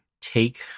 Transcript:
take